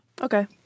Okay